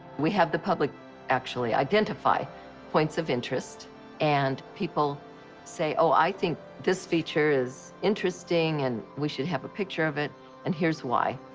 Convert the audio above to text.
we have the public actually identify points of interest and people say, oh i think this feature is interesting and we should have a picture of it and here's why.